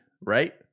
right